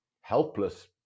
helpless